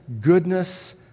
goodness